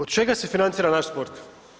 Od čega se financira naš sport?